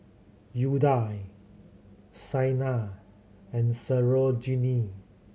udai Saina and Sarojini